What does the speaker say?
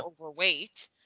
overweight